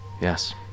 Yes